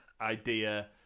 idea